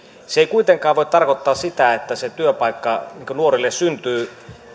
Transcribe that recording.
se ei kuitenkaan voi tarkoittaa sitä että se työpaikka nuorelle syntyy